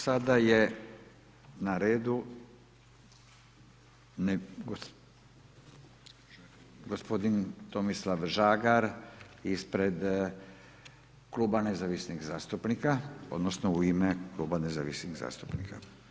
Sada je na redu gospodin Tomislav Žagar ispred kluba Nezavisnih zastupnika odnosno u ime kluba Nezavisnih zastupnika.